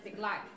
life